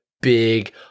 big